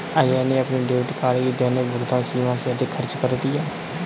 अजय ने अपने debit card की दैनिक भुगतान सीमा से अधिक खर्च कर दिया